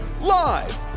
live